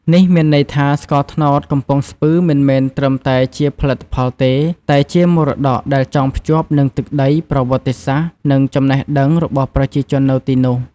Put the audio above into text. នេះមានន័យថាស្ករត្នោតកំពង់ស្ពឺមិនមែនត្រឹមតែជាផលិតផលទេ តែជាមរតកដែលចងភ្ជាប់នឹងទឹកដី ប្រវត្តិសាស្ត្រ និងចំណេះដឹងរបស់ប្រជាជននៅទីនោះ។